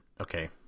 okay